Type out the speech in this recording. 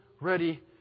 ready